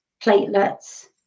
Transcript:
platelets